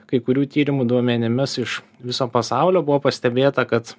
kai kurių tyrimų duomenimis iš viso pasaulio buvo pastebėta kad